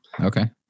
Okay